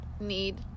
need